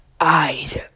eyes